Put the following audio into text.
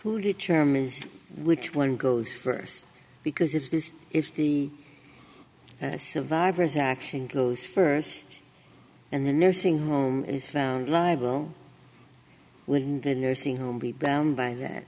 who determine which one goes first because if this if the survivors action goes first and the nursing home is found liable when the nursing home be bound by that